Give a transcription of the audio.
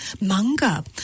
manga